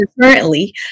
currently